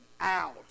out